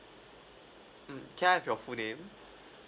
mm can I have your full name